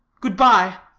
good-bye.